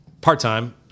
part-time